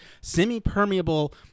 semi-permeable